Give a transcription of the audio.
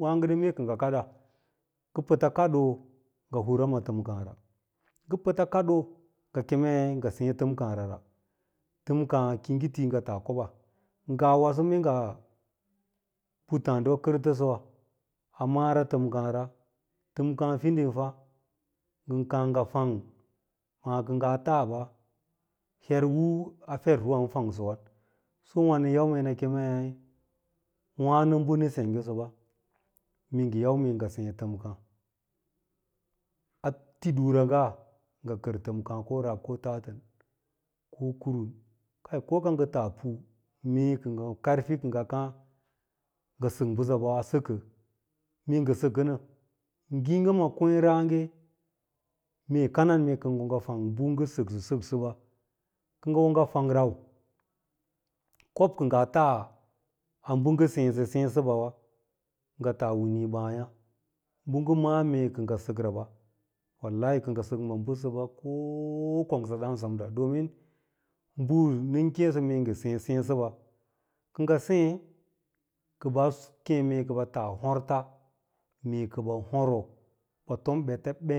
wáágo to dai mee kə ngə kada, nga pots kaɗoo ngə hura ma təmkára, ngə pəts kaɗoo meei ngə see təmkáárara, tamkáá ki yi ti ngə tas kobəə, ngawaso mee ngaa puttáádiwa kərtəsəwa a mara təmkára, təmká fiding fa ngən təmkára, təmká fiding fa ngən káá ngə fang báá kə ngaa taa ɓa her u a fersuwawan. So wá nən yau mee nə kemei wáno bə nə senggesə ɓa, mee ngen yau mee ngə séé təmká a ti ɗura'nga ngə kər təmkáá rab ko tatən ko kurum kai ko kangə taa pu mee kə ngə karfi kə ngə káá ngə sək bəsə ɓa maa a səkə, mee ngə səkə nə ngiiga ma kiréé rááge mee kanan mee ko ngə fawgga bə ngən səksən sək səɓa, kə ngə wo ngə yang rau, kob'kə ngaa taa a bə u ngə séésə ɓawa kə ngə tas winee bááyá, bə ngə ma'á mee kə ngə səkra ɓa, wallahi kə nga sək mbəsəɓa koo kongsa daan semra ɗomin bə nən kéésə mee ngə séé séé səba, kə ngə sée, kə ɓaa kée mee kə ɓa taa hórtə mee kəbə hóoro ɓa tombet beng,